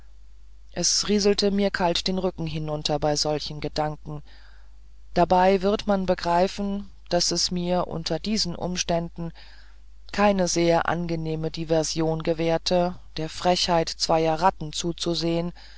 es rieselte mir kalt den rücken hinunter bei solchen gedanken dabei wird man begreifen daß es mir unter diesen umständen keine sehr angenehme diversion gewährte der frechheit zweier ratten zuzusehen